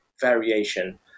variation